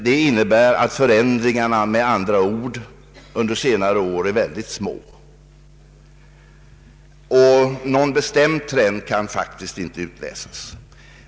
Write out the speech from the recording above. Det innebär med andra ord att förändringarna under senare år varit mycket små. Någon bestämd trend kan faktiskt inte utläsas.